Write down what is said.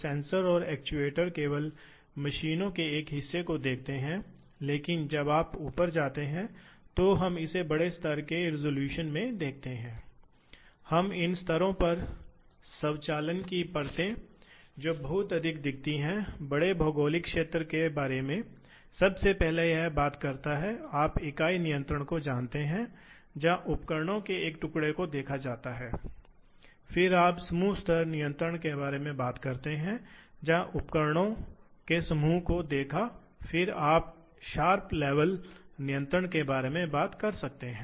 दूसरी ओर यदि हम एक और मशीनिंग प्रक्रिया लेते हैं जिसे मिलिंग कहते हैं तो आपके पास एक कटर है इसलिए यह मिलिंग कटर है जिसमें तेज दांत हैं और जो धुरी द्वारा संचालित है और यह काम है यह तालिका है यह काम है काम का टुकड़ा है जिसमें रेक्टिलिनियर मोशन होता है और आम तौर पर द्वि आयामी रेक्टिलाइनियर मोशन होता है यह इस तरह से आगे बढ़ सकता है और टेबल इस तरह से भी आगे बढ़ सकता है